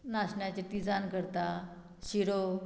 नाशण्याचें तिजान करता शिरो